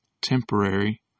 temporary